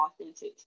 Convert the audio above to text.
authentic